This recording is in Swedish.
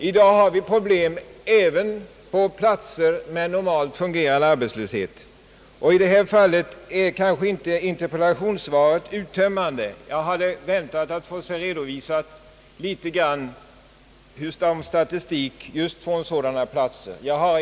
I dag har vi problem även på platser med normalt fungerande arbetsmarknad, och jag tycker knappast att interpellationssvaret är uttömmande härvidlag — jag hade väntat att få litet statistiska uppgifter från sådana platser.